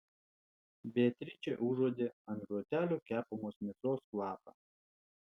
beatričė užuodė ant grotelių kepamos mėsos kvapą